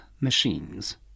machines